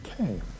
Okay